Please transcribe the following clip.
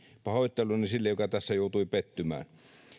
pahoitteluni sille joka tässä joutui pettymään